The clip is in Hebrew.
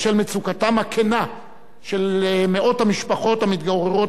בשל מצוקתן הכנה של מאות המשפחות המתגוררות